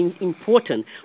important